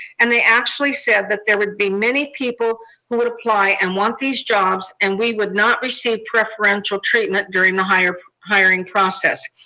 and they actually said that there would be many people who would apply and want these jobs, and we would not receive preferential treatment during the hiring hiring process.